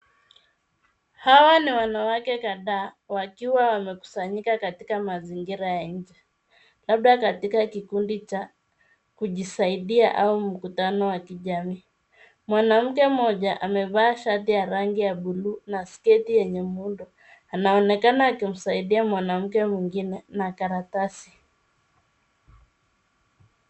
Hawa ni wanawake kadhaa wakiwa wamekusanyika katika mazingira ya nje labda katika kikundi cha kujisaidia au mkutano wa kijamii. Mwanamke mmoja amevaa shati ya rangi ya bluu na sketi yenye muundo anaonekana akimsaidia mwanamke mwingine na karatasi.